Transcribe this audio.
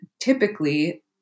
typically